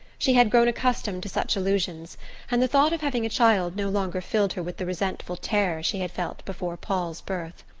she had grown accustomed to such allusions and the thought of having a child no longer filled her with the resentful terror she had felt before paul's birth.